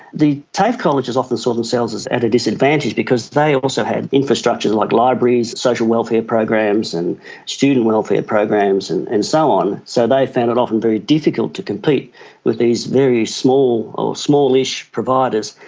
the tafe colleges often saw themselves as at a disadvantage because they also had infrastructures like libraries, social welfare programs and student welfare programs and and so on, so they found it often very difficult to compete with these very small or smallish providers.